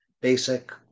basic –